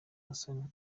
hassan